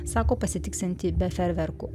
sako pasitiksianti be feerverkų